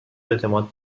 اعتماد